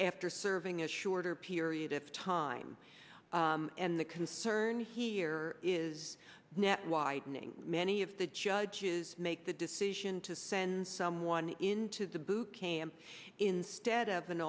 after serving a shorter period of time and the concern here is net widening many of the judges make the decision to send someone into the boot camp instead of an